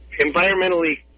environmentally